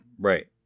Right